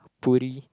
Puri